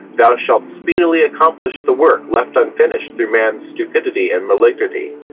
thou shalt speedily accomplish the work left unfinished through man's stupidity and malignity.